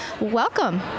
Welcome